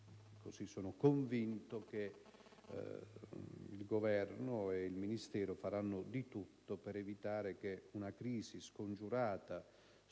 e sono convinto che il Governo e il Ministero faranno di tutto per evitare che una crisi scongiurata